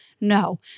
No